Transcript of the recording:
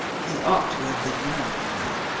you ought to have been mine, you know.